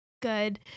good